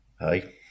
hi